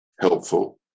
helpful